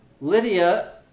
Lydia